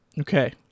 Okay